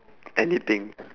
anything